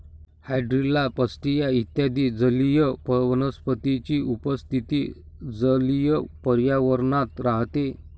hydrilla, pistia इत्यादी जलीय वनस्पतींची उपस्थिती जलीय पर्यावरणात राहते